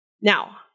Now